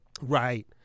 right